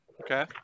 Okay